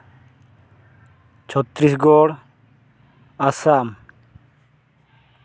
Chhattisgarh Assam